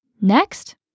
Next